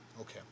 Okay